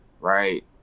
right